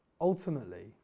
Ultimately